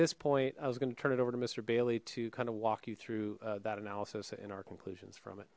this point i was going to turn it over to mister bailey to kind of walk you through that analysis in our conclusions from it